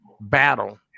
Battle